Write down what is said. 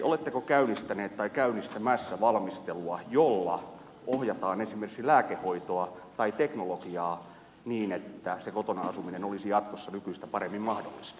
oletteko käynnistänyt tai käynnistämässä valmistelua jolla ohjataan esimerkiksi lääkehoitoa tai teknologiaa niin että se kotona asuminen olisi jatkossa nykyistä paremmin mahdollista